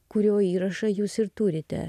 kurio įrašą jūs ir turite